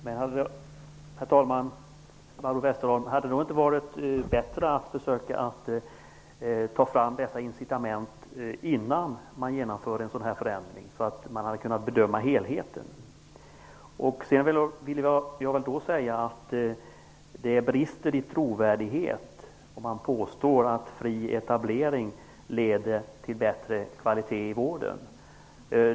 Herr talman! Hade det inte varit bättre att försöka ta fram dessa incitament innan man genomförde en förändring av detta slag, så att man hade kunnat bedöma helheten, Barbro Westerholm? Det brister i trovärdighet om man påstår att fri etablering leder till bättre kvalitet i vården.